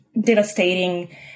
devastating